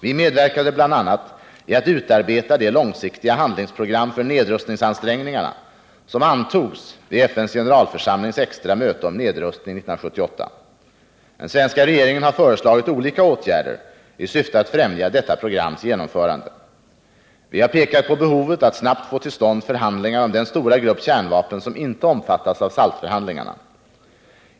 Vi medverkade bl.a. i att utarbeta det långsiktiga handlingsprogram för nedrustningsansträngningarna som antogs vid FN:s generalförsamlings extra möte om nedrustning 1978. Den svenska regeringen har föreslagit olika åtgärder i syfte att främja detta programs genomförande. Vi har pekat på behovet att snabbt få till stånd förhandlingar om den stora grupp kärnvapen som inte omfattas av SALT förhandlingarna.